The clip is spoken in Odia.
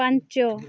ପାଞ୍ଚ